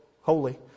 holy